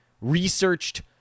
researched